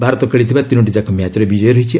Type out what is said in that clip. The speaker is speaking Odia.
ଭାରତ ଖେଳିଥିବା ତିନୋଟିଯାକ ମ୍ୟାଚ୍ରେ ବିଜୟୀ ରହିଛି